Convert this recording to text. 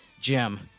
Jim